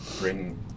bring